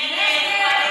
אנחנו נגד, נכון?